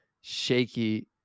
shaky